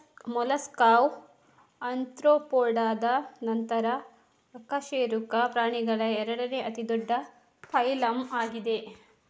ಮೊಲಸ್ಕಾವು ಆರ್ತ್ರೋಪೋಡಾದ ನಂತರ ಅಕಶೇರುಕ ಪ್ರಾಣಿಗಳ ಎರಡನೇ ಅತಿ ದೊಡ್ಡ ಫೈಲಮ್ ಆಗಿದೆ